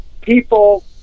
People